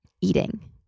eating